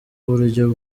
uburyo